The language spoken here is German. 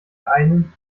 einen